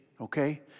okay